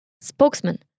spokesman